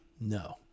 no